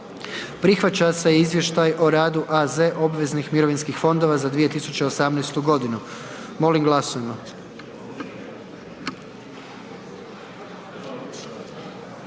prihvaća se izvještaj o radu AZ obveznih mirovinskih fondova za 2018. g. Molim glasujmo.